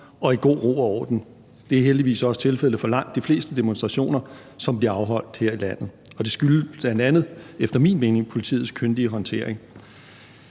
og i god ro og orden. Det er heldigvis også tilfældet for langt de fleste demonstrationer, som bliver afholdt her i landet. Det skyldes bl.a. efter min mening politiets kyndige håndtering.